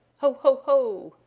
ho! ho! ho!